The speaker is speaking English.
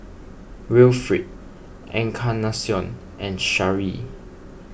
Wilfrid Encarnacion and Sharee